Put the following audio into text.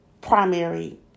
primary